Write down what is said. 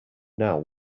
now